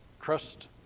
Trust